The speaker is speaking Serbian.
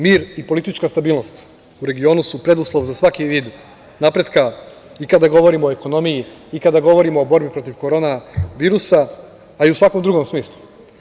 Mir i politička stabilnost, u regionu, su preduslov za svaki vid napretka i kada govorimo o ekonomiji, i kada govorimo o borbi protiv korona virusa, a i u svakom drugom smislu.